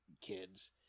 kids